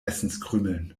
essenskrümeln